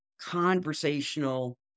conversational